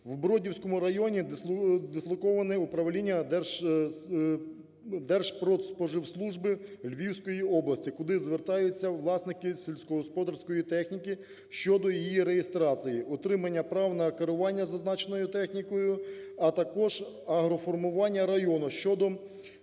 В Бродівському районі дислоковане управління Держпродспоживслужби Львівської області, куди звертаються власники сільськогосподарської техніки щодо її реєстрації, отримання прав на керування зазначеною технікою, а також агроформування району щодо